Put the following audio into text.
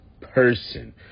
person